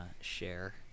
share